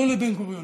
לא לבן-גוריון,